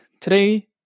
today